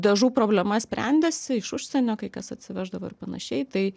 dažų problema sprendėsi iš užsienio kai kas atsiveždavo ir panašiai tai